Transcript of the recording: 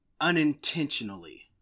Unintentionally